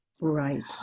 right